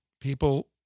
People